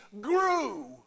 grew